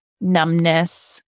numbness